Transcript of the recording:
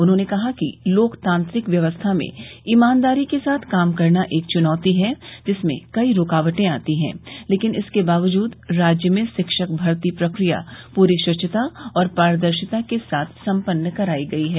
उन्होंने कहा कि लोकतांत्रिक व्यवस्था में ईमानदारी के साथ काम करना एक चुनौती है जिसमें कई रूकावटे आती हैं लेकिन इसके बावजूद राज्य में शिक्षक भर्ती प्रक्रिया पूरी श्चिता और पारदर्शिता के साथ सम्पन्न कराई गई है